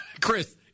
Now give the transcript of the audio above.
Chris